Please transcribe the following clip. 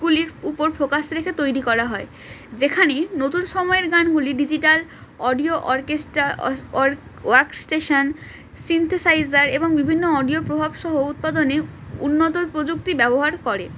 গুলির উপর ফোকাস রেখে তৈরি করা হয় যেখানে নতুন সময়ের গানগুলি digital audio orchestra or workstation synthesizer এবং বিভিন্ন অডিও প্রভাবসহ উৎপাদনে উন্নত প্রযুক্তি ব্যবহার করে